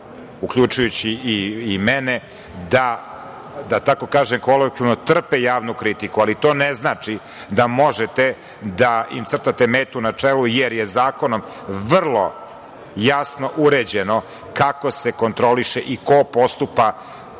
uključujući i mene, da tako kažem kolokvijalno, trpe javnu kritiku, ali to ne znači da možete da im crtate metu na čelu jer je zakonom vrlo jasno uređeno kako se kontroliše i ko postupa